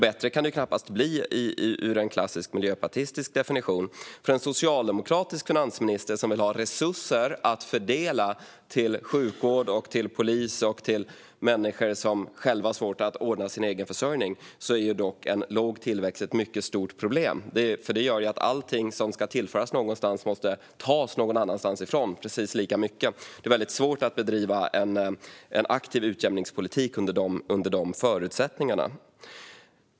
Bättre kan det knappast bli ur en klassisk miljöpartistisk definition. För en socialdemokratisk finansminister som vill ha resurser att fördela till sjukvård, polis och människor som själva har svårt att ordna sin egen försörjning är dock en låg tillväxt ett mycket stort problem. Det gör att allt som ska tillföras någonstans måste tas - precis lika mycket - någon annanstans ifrån. Det är svårt att bedriva en aktiv utjämningspolitik under de förutsättningarna.